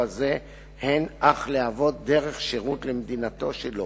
זה הן אך להוות 'דרך שירות' למדינתו שלו.